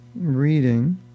reading